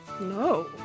no